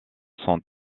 sont